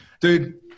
Dude